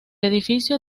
edificio